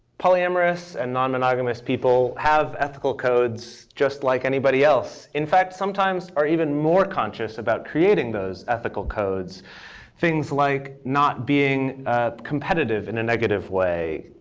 polyamorous and non-monogamous people have ethical codes just like anybody else. in fact, sometimes are even more conscious about creating those ethical codes things like not being competitive in a negative way,